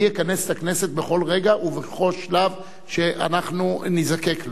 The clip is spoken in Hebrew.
אני אכנס את הכנסת בכל רגע ובכל שלב שאנחנו נזדקק לכך.